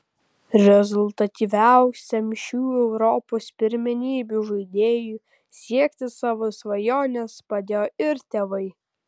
rezultatyviausiam šių europos pirmenybių žaidėjui siekti savo svajonės padėjo ir tėvai